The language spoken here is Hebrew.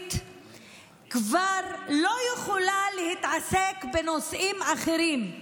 הערבית כבר לא יכולה להתעסק בנושאים אחרים.